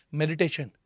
meditation